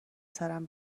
سرم